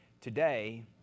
today